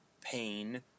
pain